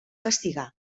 castigar